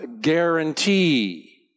guarantee